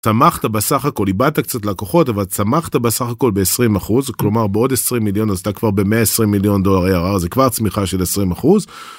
צמחת בסך הכל איבדת קצת לקוחות אבל צמחת בסך הכל ב-20% כלומר בעוד 20 מיליון אז אתה כבר ב-120 מיליון דולר זה כבר צמיחה של 20%.